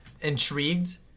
intrigued